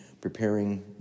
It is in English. preparing